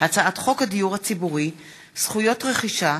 הצעת חוק הדיור הציבורי (זכויות רכישה)